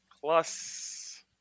plus